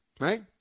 right